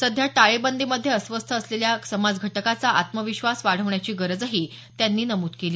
सध्या टाळेबंदीमध्ये अस्वस्थ असलेल्या समाजघटकाचा आत्मविश्वास वाढवण्याची गरजही त्यांनी नमूद केली